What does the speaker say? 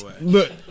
look